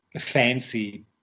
fancy